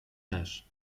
też